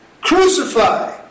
Crucify